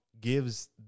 gives